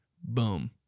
Boom